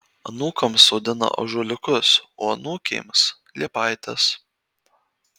anūkams sodina ąžuoliukus o anūkėms liepaites